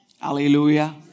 Hallelujah